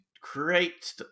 create